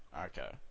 Okay